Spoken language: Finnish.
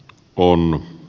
kunnan